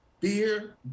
Beer